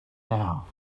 now